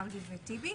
מרגי וטיבי.